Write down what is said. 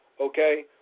okay